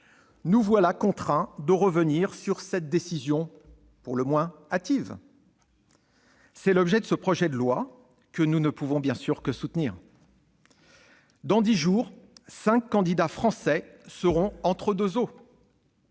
nous voilà contraints de revenir sur cette décision pour le moins hâtive. Tel est l'objet de ce projet de loi que nous ne pouvons, bien évidemment, que soutenir. Dans dix jours, cinq candidats français seront entre deux eaux.